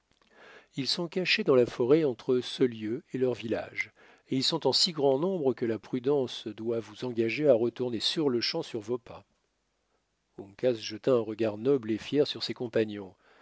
ils sont cachés dans la forêt entre ce lieu et leur village et ils sont en si grand nombre que la prudence doit vous engager à retourner sur-le-champ sur vos pas uncas jeta un regard noble et fier sur ses compagnons